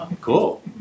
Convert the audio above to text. Cool